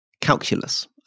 calculus